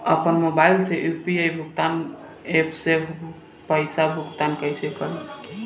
आपन मोबाइल से यू.पी.आई भुगतान ऐपसे पईसा भुगतान कइसे करि?